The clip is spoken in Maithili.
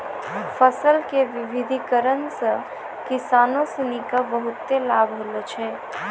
फसल के विविधिकरण सॅ किसानों सिनि क बहुत लाभ होलो छै